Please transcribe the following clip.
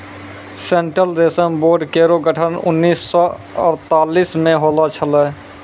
central रेशम board केरो गठन उन्नीस सौ अड़तालीस म होलो छलै